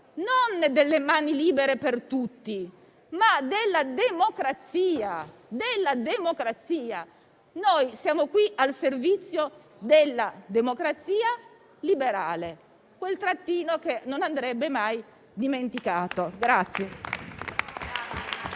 non delle mani libere per tutti, ma di prerogative a difesa della democrazia. Noi siamo qui al servizio della democrazia liberale, quel trattino che non andrebbe mai dimenticato.